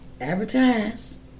Advertise